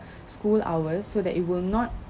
school hours so that it will not